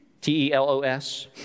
T-E-L-O-S